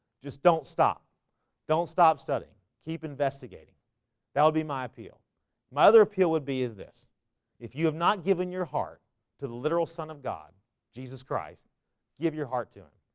just don't stop don't stop studying. keep investigating that would be my appeal my other appeal would be is this if you have not given your heart to the literal son of god jesus christ give your heart to him.